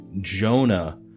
Jonah